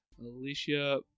Alicia